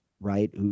right